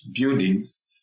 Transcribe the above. buildings